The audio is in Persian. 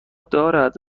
دارد